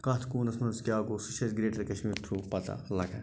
کَتھ کوٗنس منٛز کیٛاہ گوٚو سُہ چھُ اَسہِ گریٚٹر کشمیٖر تھروٗ پَتہ لگان